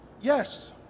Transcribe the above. yes